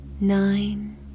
nine